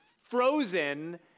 frozen